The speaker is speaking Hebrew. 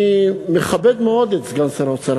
אני מכבד מאוד את סגן שר האוצר,